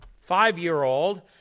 five-year-old